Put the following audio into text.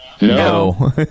No